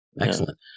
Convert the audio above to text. excellent